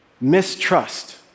mistrust